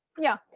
yeah,